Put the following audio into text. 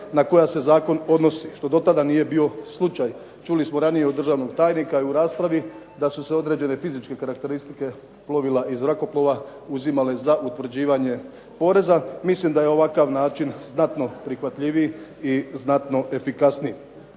na koja se zakon odnosi što do tada nije bio slučaj. Čuli smo ranije od državnog tajnika i u raspravi da su se određene fizičke karakteristike plovila i zrakoplova uzimale za utvrđivanje poreza. Mislim da je ovakav način znatno prihvatljiviji i znatno efikasniji.